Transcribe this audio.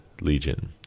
Legion